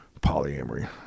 polyamory